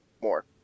more